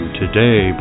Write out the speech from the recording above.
today